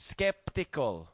Skeptical